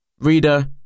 Reader